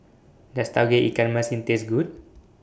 Does Tauge Ikan Masin Taste Good